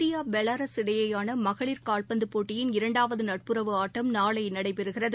India Belarus இடையேயானமகளிர் கால்பந்தபோட்டியின் இரண்டாவதுநட்புறவு ஆட்டம் நாளைநடைபெறுகிறது